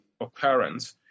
occurrence